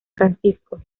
francisco